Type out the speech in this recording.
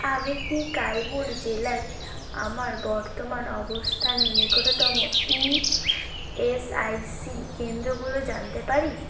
আমি কি কাইমুর জেলায় আমার বর্তমান অবস্থানের নিকটতম ইএসআইসি কেন্দ্রগুলো জানতে পারি